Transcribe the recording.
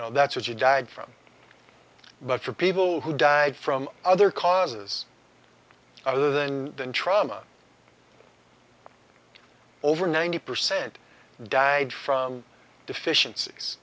know that's what you died from but for people who died from other causes other than trauma over ninety percent died from deficiencies